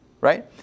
Right